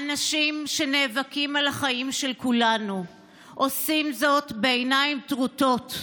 האנשים שנאבקים על החיים של כולנו עושים זאת בעיניים טרוטות,